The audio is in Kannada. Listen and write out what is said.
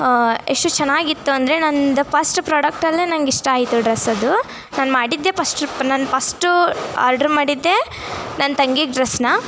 ಎಷ್ಟು ಚೆನ್ನಾಗಿತ್ತು ಅಂದರೆ ನಂದು ಫಸ್ಟ್ ಪ್ರಾಡಕ್ಟಲ್ಲೇ ನನಗಿಷ್ಟ ಆಯಿತು ಡ್ರೆಸ್ ಅದು ನಾನು ಮಾಡಿದ್ದೆ ಫಸ್ಟ್ ಟ್ರಿಪ್ಪು ನನ್ನ ಫಸ್ಟು ಆಡ್ರ್ ಮಾಡಿದ್ದೆ ನನ್ನ ತಂಗಿಗೆ ಡ್ರೆಸ್ಸನ್ನ